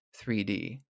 3D